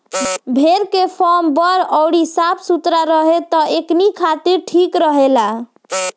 भेड़ के फार्म बड़ अउरी साफ सुथरा रहे त एकनी खातिर ठीक रहेला